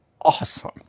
awesome